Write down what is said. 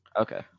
Okay